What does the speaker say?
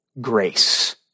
Grace